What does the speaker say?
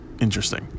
interesting